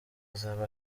azaba